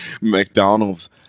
McDonald's